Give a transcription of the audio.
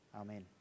amen